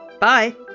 Bye